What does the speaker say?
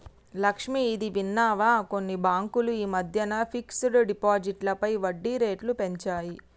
లక్ష్మి, ఇది విన్నావా కొన్ని బ్యాంకులు ఈ మధ్యన ఫిక్స్డ్ డిపాజిట్లపై వడ్డీ రేట్లు పెంచాయి